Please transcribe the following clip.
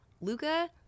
Luca